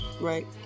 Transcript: Right